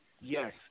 yes